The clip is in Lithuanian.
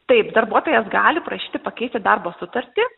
taip darbuotojas gali prašyti pakeisti darbo sutartį